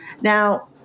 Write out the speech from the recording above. Now